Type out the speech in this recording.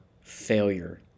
failure